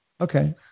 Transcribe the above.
okay